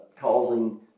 causing